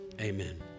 amen